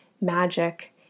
magic